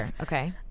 Okay